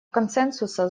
консенсуса